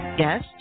Yes